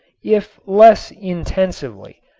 if less intensively,